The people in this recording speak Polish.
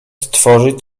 stworzyć